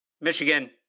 Michigan